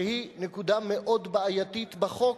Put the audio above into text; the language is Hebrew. שהיא נקודה מאוד בעייתית בחוק,